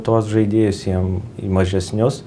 tuos žaidėjus ėjom į mažesnius